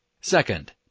Second